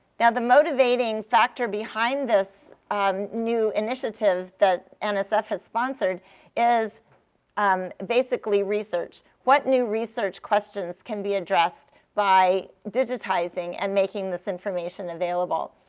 now, the motivating factor behind this um new initiative that and nsf has sponsored is um basically research. what new research questions can be addressed by digitizing and making this information available?